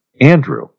Andrew